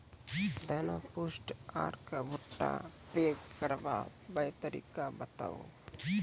दाना पुष्ट आर भूट्टा पैग करबाक तरीका बताऊ?